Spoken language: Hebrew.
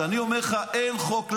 כשאני אומר לך: אין חוק,